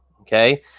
Okay